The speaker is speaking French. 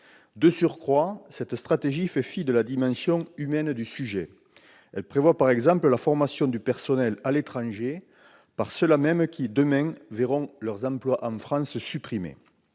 De surcroît, cette stratégie fait fi de la dimension humaine du sujet. Elle prévoit par exemple la formation du personnel à l'étranger par ceux-là mêmes qui, demain, verront leur emploi en France supprimé